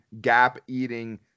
gap-eating